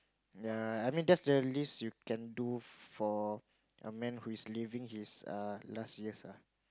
ya I mean that's the least you can do for a man who is living his err last years ah